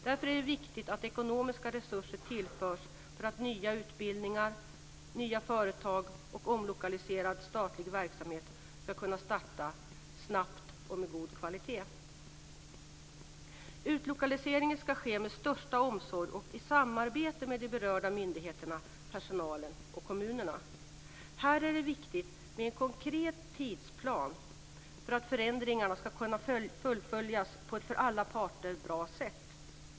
Därför är det viktigt att ekonomiska resurser tillförs för att nya utbildningar, nya företag och omlokaliserad statlig verksamhet ska kunna starta snabbt och med god kvalitet. Utlokaliseringen ska ske med största omsorg och i samarbete med berörda myndigheter, personalen och kommunerna. Här är det viktigt med en konkret tidsplan för att förändringarna ska kunna fullföljas på ett för alla parter bra sätt.